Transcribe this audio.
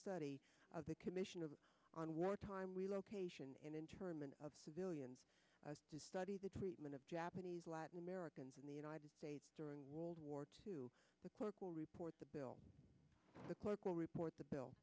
study of the commission of on wartime relocation internment of civilians to study the treatment of japanese latin americans in the united states during world war two the clerk will report the bill the clerk will report the bill